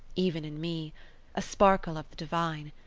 even in me a sparkle of the divine.